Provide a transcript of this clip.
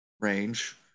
range